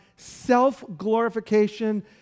self-glorification